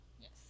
Yes